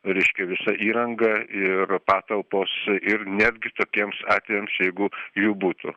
reiškia visa įranga ir patalpos ir netgi tokiems atvejams jeigu jų būtų